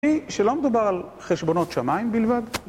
אני, שלא מדובר על חשבונות שמיים בלבד, גורם.